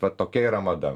va tokia yra mada